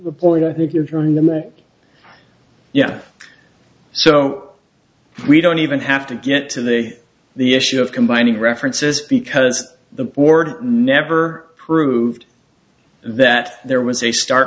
the point i think you're in the moment yeah so we don't even have to get to the the issue of combining references because the board never proved that there was a star